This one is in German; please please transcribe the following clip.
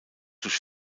durch